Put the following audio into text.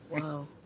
Wow